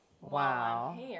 Wow